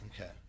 Okay